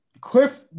Cliff